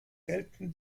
gelten